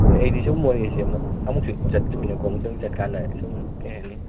ꯑꯗꯣ ꯑꯩꯗꯤ ꯁꯨꯝ ꯃꯣꯔꯦꯁꯦ ꯑꯃꯨꯛꯁꯨ ꯆꯠꯇ꯭ꯔꯤꯃꯤꯅꯀꯣ ꯑꯃꯨꯛꯇꯪ ꯆꯠꯀꯥꯟꯗ ꯁꯨꯝ ꯀꯔꯤ ꯍꯥꯏꯅꯤ